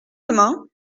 demain